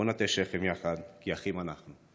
בואו נטה שכם יחד, כי אחים אנחנו.